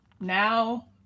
now